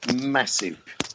massive